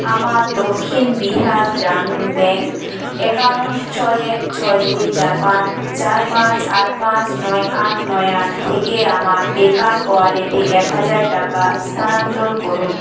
আমার Dakshin Bihar Gramin bank account ছয় এক ছয় দুই চার পাঁচ চার পাঁচ আট পাঁচ নয় আট নয় আট থেকে আমার পেপ্যাল ওয়ালেটে এক হাজার টাকা স্থানান্তর করুন